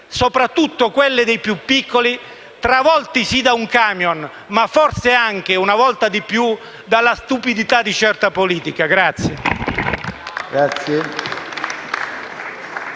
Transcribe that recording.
soprattutto quelle dei più piccoli, travolti sì da un camion, ma forse anche una volta di più dalla stupidità di una certa politica.